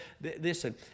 listen